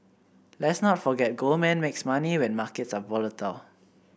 let's not forget Goldman makes money when markets are volatile